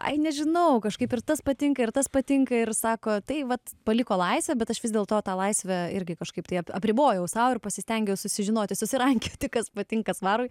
ai nežinau kažkaip ir tas patinka ir tas patinka ir sako tai vat paliko laisvę bet aš vis dėlto tą laisvę irgi kažkaip tai ap apribojau sau ir pasistengiau susižinoti susirankioti kas patinka svarui